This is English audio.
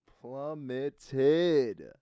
Plummeted